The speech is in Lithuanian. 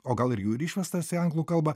o gal ir jau ir išverstas į anglų kalbą